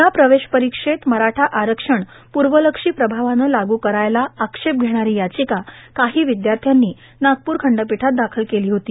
या प्रवेश प्रक्रियेत मराठा आरक्षण प्रर्वलक्ष्यी प्रभावानं लाग्र करायला आक्षेप घेणारी याचिका काही विद्यार्थ्यांनी नागपूर खंडपीठात दाखल केली होती